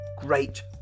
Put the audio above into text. great